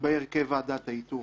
לגבי הרכב ועדת האיתור.